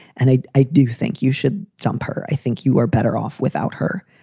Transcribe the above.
and i i do think you should dump her. i think you are better off without her.